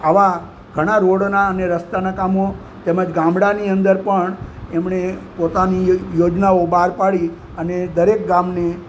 આવા ઘણાં રોડનાં અને રસ્તાનાં કામો તેમજ ગામડાંની અંદર પણ એમણે પોતાની એક યોજનાઓ બહાર પાડી અને દરેક ગામને